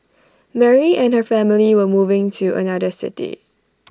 Mary and her family were moving to another city